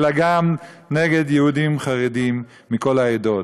אלא גם נגד יהודים חרדים מכל העדות.